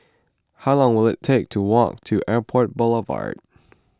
how long will it take to walk to Airport Boulevard